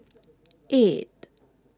eight